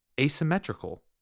asymmetrical